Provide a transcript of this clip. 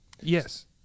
Yes